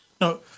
No